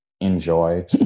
enjoy